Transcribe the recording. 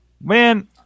Man